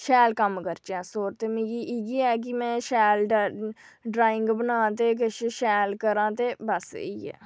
शैल कम्म करचै' अस होर ते मिकी 'इ'यै ऐ कि में शैल ड्रांइग बनां ते शैल करां ते